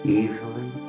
easily